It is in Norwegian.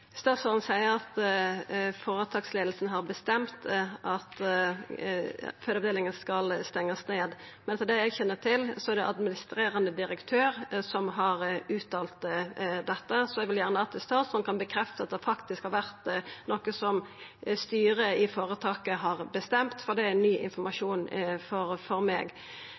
Statsråden seier at føretaksleiinga har bestemt at fødeavdelinga skal stengjast ned, men frå det eg kjenner til, er det administrerande direktør som har uttalt dette, så eg vil gjerne at statsråden bekreftar at det faktisk har vore noko som styret i føretaket har bestemt, for det er ny informasjon for meg. I ROS-analysen som kom i 2014 og låg til grunn for